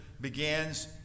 begins